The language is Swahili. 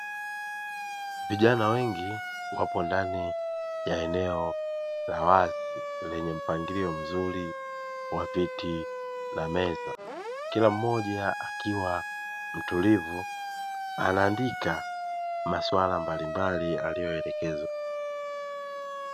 Vijana wengi wapo ndani ya eneo la wazi lenye mpangilio mzuri wa viti na meza, kila mmoja akiwa mtulivu anaandika maswala mbalimbali aliyoelekezwa.